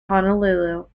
honolulu